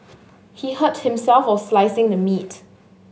he hurt himself while slicing the meat